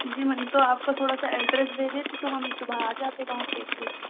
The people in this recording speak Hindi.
जी मैम तो आप वो थोड़ा सा ऐड्रेस दे देते तो हम सुबह आ जाते वहां